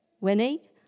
Winnie